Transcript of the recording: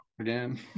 again